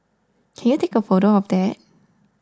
can you take a photo of that